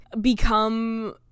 become